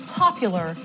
popular